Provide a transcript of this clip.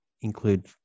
include